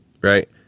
right